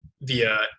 via